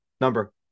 Number